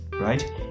right